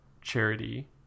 charity